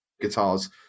guitars